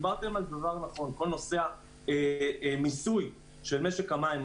דיברתם דבר נכון: כל נושא המיסוי של משק המים.